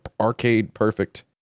arcade-perfect